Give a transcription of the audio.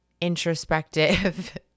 introspective –